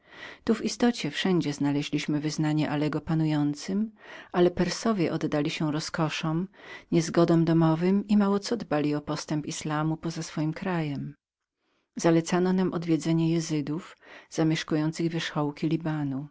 tu w istocie wszędzie znaleźliśmy wyznanie alego panującem ale persowie oddali się roskoszom niezgodom domowym i mało co dbali o postęp islamizmu na zewnątrz ich kraju zalecono nam odwiedzenie izydów zamieszkujących wierzchołki